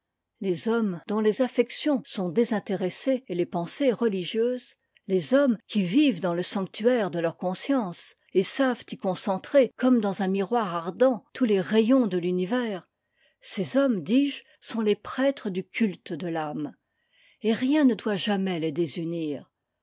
les hommes dont les affections sont désintéressées et les pensées religieuses les hommes qui vivent dans le sanctuaire de leur conscience et savent y concentrer comme dans un miroir ardent tous les rayons de l'univers ces hommes dis-je sont les prêtres du culte de l'âme et rien ne doit jamais les désunir